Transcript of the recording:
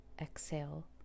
exhale